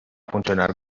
funcionar